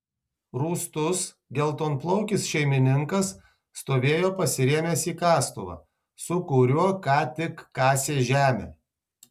rūstus geltonplaukis šeimininkas stovėjo pasirėmęs į kastuvą su kuriuo ką tik kasė žemę